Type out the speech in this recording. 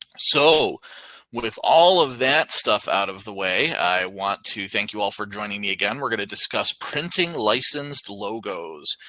so with all of that stuff out of the way, i want to thank you all for joining me again. we're gonna discuss printing licensed logos.